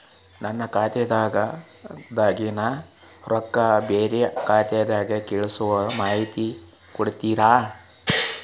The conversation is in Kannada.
ನನ್ನ ಖಾತಾದಾಗಿನ ರೊಕ್ಕ ಬ್ಯಾರೆ ಖಾತಾಕ್ಕ ಕಳಿಸು ಮಾಹಿತಿ ಕೊಡತೇರಿ?